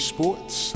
Sports